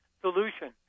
solution